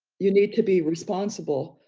you need to be responsible,